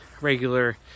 regular